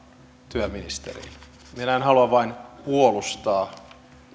työministeriin minä en halua vain puolustaa